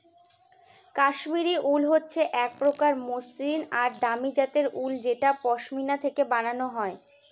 কাশ্মিরী উল হচ্ছে এক প্রকার মসৃন আর দামি জাতের উল যেটা পশমিনা থেকে বানানো হয়